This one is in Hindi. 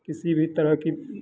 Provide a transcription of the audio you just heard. किसी भी तरह की